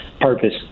purpose